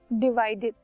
divided